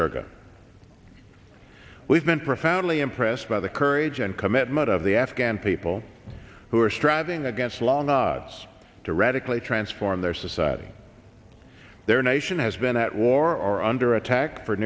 georgia we've been profoundly impressed by the courage and commitment of the afghan people who are striving against long odds to radically transform their society their nation has been at war under attack for